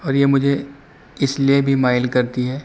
اور یہ مجھے اس لیے بھی مائل کرتی ہے